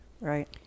Right